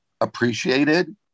appreciated